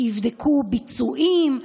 שיבדקו ביצועים,